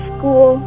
School